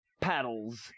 paddles